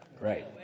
right